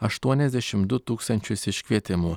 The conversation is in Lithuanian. aštuoniasdešim du tūkstančius iškvietimų